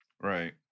Right